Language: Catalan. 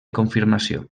confirmació